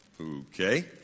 Okay